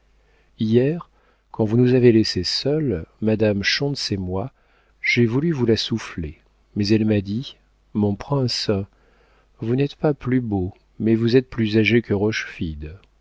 hier quand vous nous avez laissés seuls madame schontz et moi j'ai voulu vous la souffler mais elle m'a dit mon prince vous n'êtes pas plus beau mais vous êtes plus âgé que